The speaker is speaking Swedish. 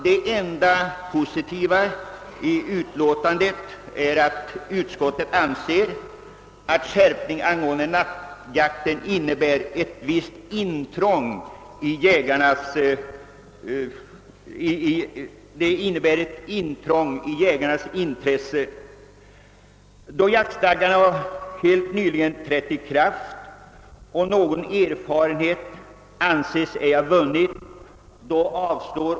Det enda positiva i utskottsutlåtandet är att utskottet anser att skärpningen beträffande nattjakten inneburit »visst intrång i jägarnas intressen». Då emellertid jaktstadgan helt nyligen trätt i kraft och någon erfarenhet ej ännu anses ha vunnits av dess tillämpning avstyrker utskottet motionen. I en del fall håller man i denna kammare på 30-åriga principer då det gäller jakten, och i detta fall vill man tydligen inte rätta till ett missförhållande på ett tidigt stadium.